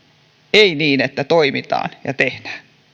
ei niin että toimitaan ja tehdään